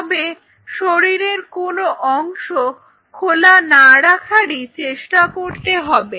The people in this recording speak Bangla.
তবে শরীরের কোন অংশ খোলা না রাখারই চেষ্টা করতে হবে